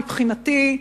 מבחינתי,